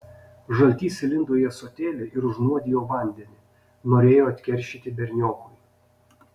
žaltys įlindo į ąsotėlį ir užnuodijo vandenį norėjo atkeršyti berniokui